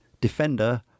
Defender